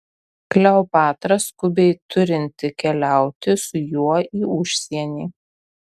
kleopatra skubiai turinti keliauti su juo į užsienį